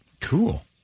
Cool